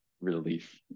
relief